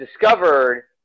discovered